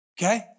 Okay